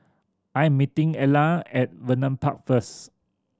I am meeting Ilah at Vernon Park first